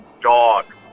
dog